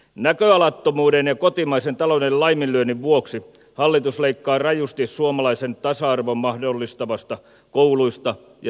näköalattomuuden ja kotimaisen talouden laiminlyönnin vuoksi hallitus leikkaa rajusti suomalaisen tasa arvon mahdollistavista kouluista ja terveyspalveluista